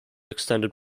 extended